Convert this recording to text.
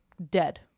Dead